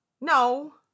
No